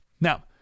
now